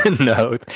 No